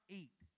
eat